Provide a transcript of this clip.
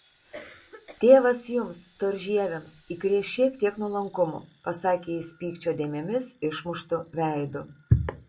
tėvas jums storžieviams įkrės šiek tiek nuolankumo pasakė jis pykčio dėmėmis išmuštu veidu